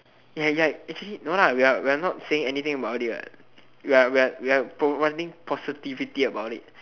ya ya actually no lah we are we are not saying anything about it what we are we are we are providing positivity about it